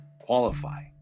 qualify